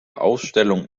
ausstellung